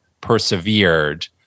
persevered